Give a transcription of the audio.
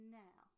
now